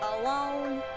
alone